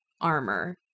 armor